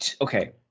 okay